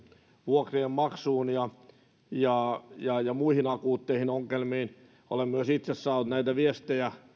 vuokrien maksuun ja ja muihin akuutteihin ongelmiin olen myös itse saanut näitä viestejä